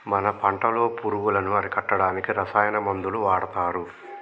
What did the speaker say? మన పంటలో పురుగులను అరికట్టడానికి రసాయన మందులు వాడతారు